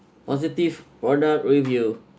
positive product review